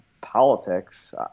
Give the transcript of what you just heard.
politics